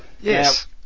Yes